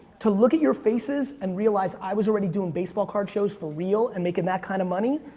to look at your faces, and realize i was already doing baseball card shows for real, and making that kind of money,